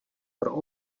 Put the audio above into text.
pro